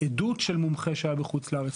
עדות של מומחה שהיה בחוץ לארץ,